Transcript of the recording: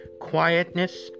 Quietness